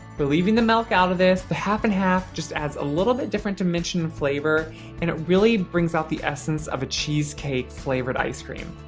we're leaving the milk out of this. the half and half just adds a little bit different dimension and flavor and it really brings out the essence of a cheesecake-flavored ice cream.